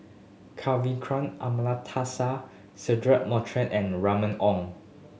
Kavignareru Amallathasan Cedric Monteiro and Remy Ong